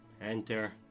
Enter